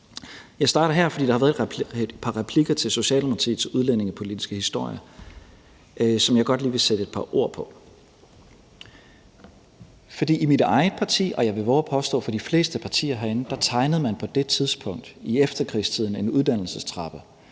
Jeg starter her, fordi der har været et par replikker til Socialdemokratiets uddannelsespolitiske historie, som jeg godt lige vil sætte et par ord på. For i mit eget parti – og jeg vil vove at påstå, at det gælder for de fleste partier herinde – tegnede man på det tidspunkt, i efterkrigstiden, en uddannelsestrappe,